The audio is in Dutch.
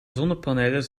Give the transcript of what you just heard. zonnepanelen